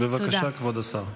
בבקשה, כבוד השר.